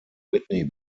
whitney